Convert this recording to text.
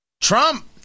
Trump